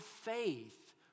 faith